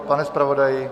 Pane zpravodaji?